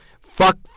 Fuck